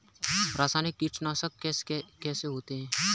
रासायनिक कीटनाशक कैसे होते हैं?